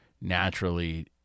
naturally